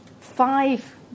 Five